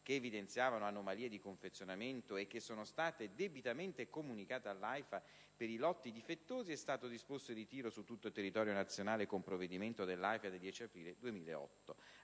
che evidenziavano anomalie di confezionamento e che sono state debitamente comunicate all'AIFA, per i lotti difettosi è stato disposto il ritiro su tutto il territorio nazionale con provvedimento dell'AIFA del 10 aprile 2008.